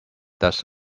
does